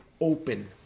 open